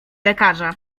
lekarza